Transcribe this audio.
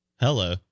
hello